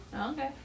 Okay